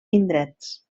indrets